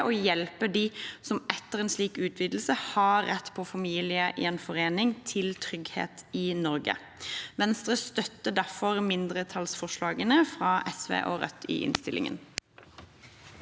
og hjelpe også dem som etter en slik utvidelse har rett til familiegjenforening, til trygghet i Norge. Venstre støtter derfor mindretallsforslagene fra SV og Rødt i innstillingen.